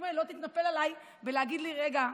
שמואל יתנפלו עליי ויגידו לי: רגע,